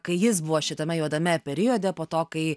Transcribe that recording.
kai jis buvo šitame juodame periode po to kai